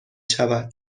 شود